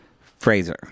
Fraser